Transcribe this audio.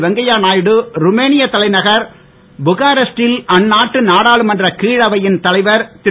வெங்கைய நாயுடு ருமேனிய தலைநகர் புக்காரெஸ்டில் அந்நாட்டு நாடாளுமன்றக் கீழரையின் தலைவர் திரு